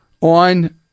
on